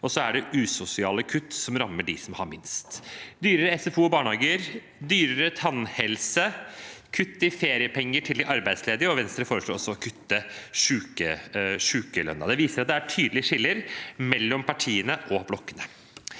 og så er det usosiale kutt, som rammer dem som har minst: dyrere SFO og barnehager, dyrere tannhelse, kutt i feriepenger til de arbeidsledige, og Venstre foreslår også å kutte sykelønnen. Det viser at det er tydelige skiller mellom partiene og blokkene.